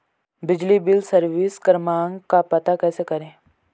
बिजली bill service क्रमांक का पता कैसे करें?